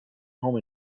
home